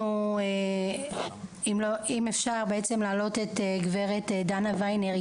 אם אפשר להעלות את גב' דנה ויינר,